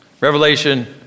Revelation